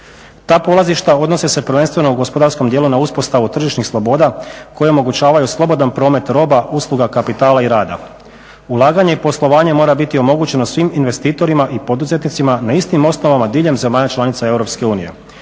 Ta polazišta odnose se prvenstveno u gospodarskom dijelu na uspostavu tržišnih sloboda koje omogućavaju slobodan promet roba, usluga, kapitala i rada. Ulaganje i poslovanje mora biti omogućeno svim investitorima i poduzetnicima na istim osnovama diljem zemalja članica EU.